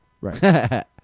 Right